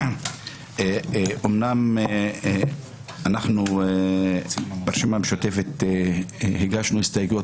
אומנם אנחנו ברשימה המשותפת הגשנו הסתייגויות